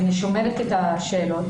ואני שומרת את השאלות,